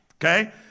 Okay